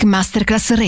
Masterclass